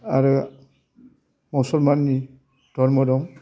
आरो मसलमाननि धरम' दं